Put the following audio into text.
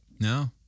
No